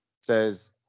says